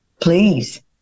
Please